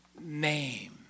name